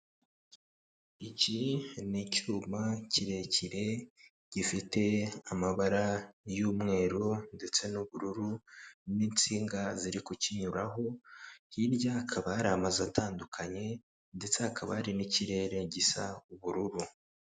Iki ni icyuma kirekire gifite amabara y'umweru ndetse n'ubururu n'insinga ziri kukinyuraho, hirya akaba yari amazu atandukanye ndetse hakaba hari n'ikirere gisa ubururu.